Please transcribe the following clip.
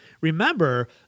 Remember